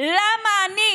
למה אני